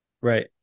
Right